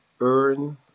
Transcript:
earn